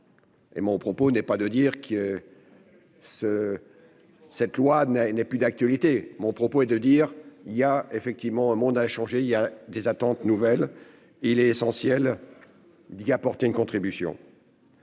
Et mon propos n'est pas de dire qu'. Se. Cette loi n'est n'est plus d'actualité. Mon propos est de dire il y a effectivement un monde a changé, il y a des attentes nouvelles. Il est essentiel. D'y apporter une contribution.